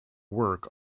work